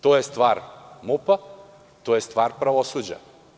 To je stvar MUP, to je stvar pravosuđa.